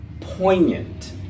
poignant